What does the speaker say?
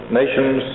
nations